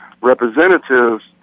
representatives